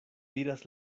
diras